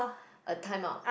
a time out